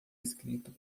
escrito